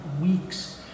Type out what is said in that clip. weeks